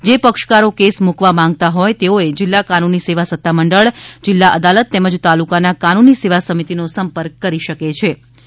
જે પક્ષકારો કેસ મુકવા માંગતા હોય તેઓએ જિલ્લા કાનુની સેવા સત્તા મંડળ જીલ્લા અદાલત તેમજ તાલુકાનાં કાનુની સેવા સમિતિનો સંપર્ક કરી શકે છાં સુજલામ સુફલામ તા